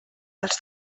els